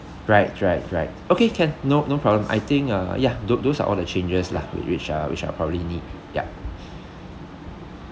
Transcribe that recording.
right right right okay can no no problem I think uh ya tho~ those are all the changes lah w~ which uh which I probably need ya